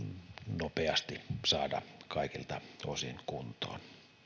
nopeasti saada kaikilta osin kuntoon